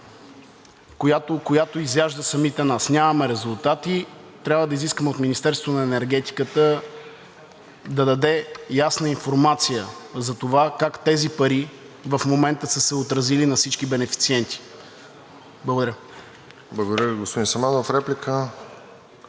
която изяжда самите нас. Нямаме резултати. Трябва да изискаме от Министерството на енергетиката да даде ясна информация за това как тези пари в момента са се отразили на всички бенефициенти. Благодаря. ПРЕДСЕДАТЕЛ РОСЕН